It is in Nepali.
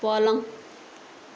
पलङ